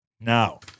Now